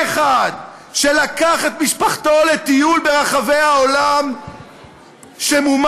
שלקח את משפחתו לטיול ברחבי העולם שמומן